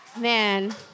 Man